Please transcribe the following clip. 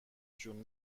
جون